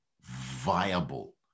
viable